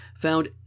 found